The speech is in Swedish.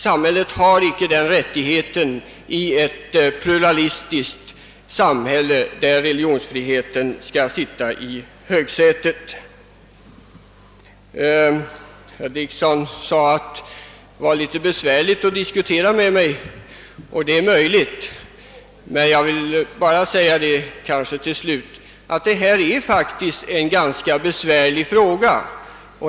Samhället har inte den rättigheten i ett pluralistiskt samhälle där religionsfriheten skall sitta i högsätet. Herr Dickson sade att det var besvärligt att diskutera med mig. Det är möjligt, men detta är faktiskt en ganska besvärlig fråga.